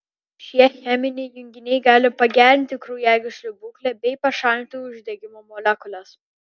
šie cheminiai junginiai gali pagerinti kraujagyslių būklę bei pašalinti uždegimo molekules